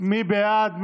מי בעד?